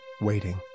waiting